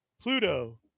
Pluto